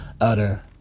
utter